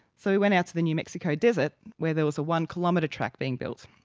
so he went out to the new mexico desert where there was a one-kilometre track being built.